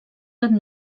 gran